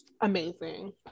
amazing